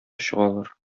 чыгалар